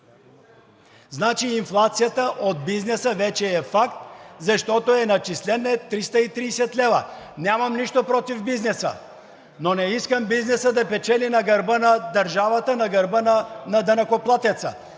Значи инфлацията от бизнеса вече е факт, защото са начислени 330 лв. Нямам нищо против бизнеса, но не искам бизнесът да печели на гърба на държавата, на гърба на данъкоплатеца.